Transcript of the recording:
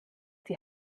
die